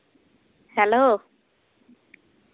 hello